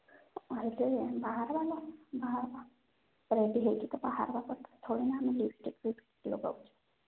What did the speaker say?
ବାହାରିବା ଲୋ ବାହରିବା ରେଡ଼ି ହୋଇକି ତ ବାହାରିବା କଥା ଥୋଡ଼ିନା ଆମେ ଲିପଷ୍ଟିକ୍ ଫିଫଷ୍ଟିକ୍ ଲଗାଉଛୁ